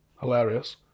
Hilarious